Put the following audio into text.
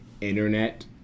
internet